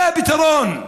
הפתרון,